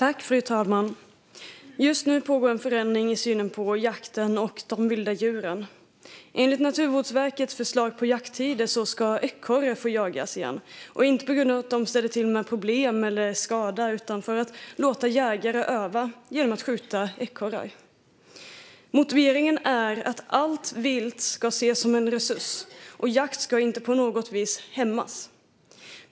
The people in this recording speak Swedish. Fru talman! Just nu pågår en förändring i synen på jakten och de vilda djuren. Enligt Naturvårdsverkets förslag på jakttider ska ekorre få jagas igen, och inte på grund av att ekorrar ställer till med problem eller skada utan för att låta jägare öva genom att skjuta dem. Motiveringen är att allt vilt ska ses som en resurs, och jakt ska inte på något vis hämmas.